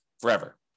forever